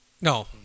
No